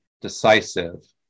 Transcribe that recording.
decisive